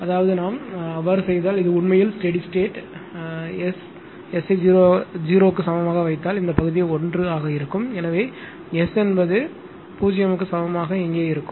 அதாவது நாம் அவ்வாறு செய்தால் இது உண்மையில் ஸ்டெடி ஸ்டேட் நாம் S ஐ 0 சமமாக வைத்தால் இந்த பகுதி 1 ஆக இருக்கும்இங்கே S என்பது 0 க்கு சமமாக இங்கே இருக்கும்